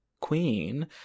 queen